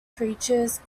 creatures